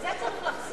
לזה צריך לחזור.